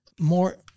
more